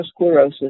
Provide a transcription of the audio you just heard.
atherosclerosis